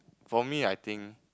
for me I think